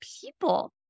people